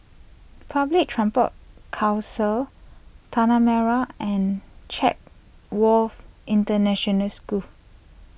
Public Transport Council Tanah Merah and Chatsworth International School